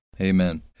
Amen